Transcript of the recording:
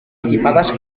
equipadas